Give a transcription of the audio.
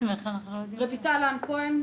רויטל לן כהן,